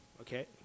Okay